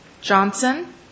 Johnson